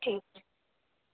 ठीक छै